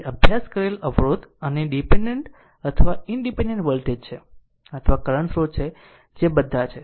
તેથી અભ્યાસ કરેલ અવરોધ અને ડીપેન્ડેન્ટ અથવા ઇનડીપેન્ડેન્ટ વોલ્ટેજ છે અથવા કરંટ સ્રોત છે જે બધા છે